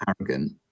arrogant